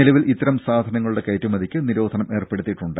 നിലവിൽ ഇത്തരം സാധനങ്ങളുടെ കയറ്റുമതിക്ക് നിരോധനം ഏർപ്പെടുത്തിയിട്ടുണ്ട്